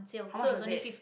how much was it